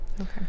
Okay